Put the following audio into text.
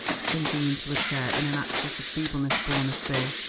sinking into a chair in an access of feebleness born of fear.